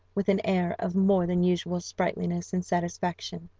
with an air of more than usual sprightliness and satisfaction.